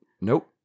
Nope